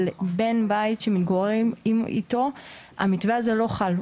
על בן בית שמתגוררים איתו המתווה הזה לא חל,